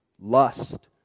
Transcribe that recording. lust